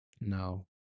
no